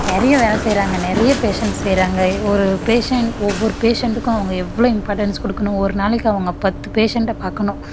நிறைய வேலை செய்யறாங்க நிறைய பேஷண்ட்ஸ் செய்யறாங்க ஒரு பேஷண்ட் ஒவ்வொரு பேஷண்ட்டுக்கும் அவங்க எவ்வளோ இம்பார்டண்ட்ஸ் கொடுக்கணும் ஒரு நாளைக்கு அவங்க பத்து பேஷண்ட்டை பார்க்கணும்